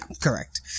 correct